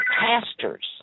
pastors